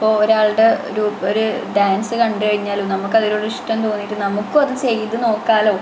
ഇപ്പോൾ ഒരാളുടെ ഒര് ഡാൻസ്സ് കണ്ട് കഴിഞ്ഞാലും നമുക്ക് അതിനോട് ഇഷ്ട്ടം തോന്നിയിട്ട് നമുക്കും അത് ചെയ്ത് നോക്കാമല്ലോ